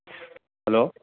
hello